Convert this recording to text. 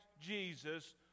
Jesus